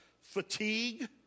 Fatigue